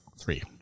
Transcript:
Three